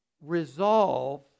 Resolve